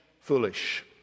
foolish